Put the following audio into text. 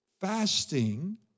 fasting